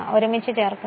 ഒരുമിച്ചു ചേർക്കുക